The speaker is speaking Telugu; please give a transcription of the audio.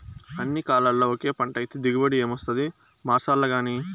అన్ని కాలాల్ల ఒకే పంటైతే దిగుబడి ఏమొస్తాది మార్సాల్లగానీ